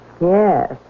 Yes